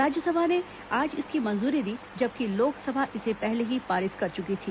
राज्यसभा ने आज इसकी मंजूरी दी जबकि लोकसभा इसे पहले ही पारित कर चुकी थी